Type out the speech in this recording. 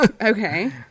Okay